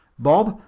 bob,